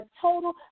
total